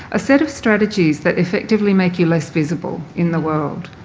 a set of strategies that effectively make you less visible in the world.